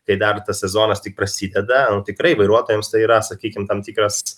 kai dar tas sezonas tik prasideda tikrai vairuotojams tai yra sakykim tam tikras